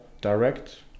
direct